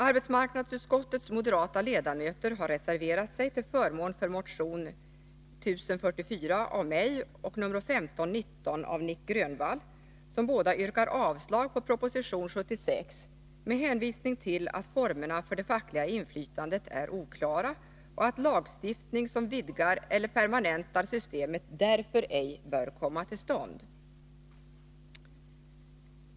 Arbetsmarknadsutskottets moderata ledamöter har reserverat sig till förmån för motion 1044 av mig och 1519 av Nic Grönvall, som båda yrkar avslag på proposition 76 med hänvisning till att formerna för det fackliga inflytandet är oklara och att lagstiftning som vidgar eller permanentar systemet därför ej bör komma till stånd.